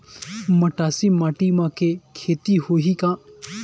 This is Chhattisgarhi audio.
मटासी माटी म के खेती होही का?